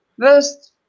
First